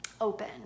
open